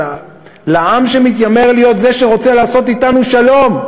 לעם שמתיימר להיות זה שרוצה לעשות אתנו שלום,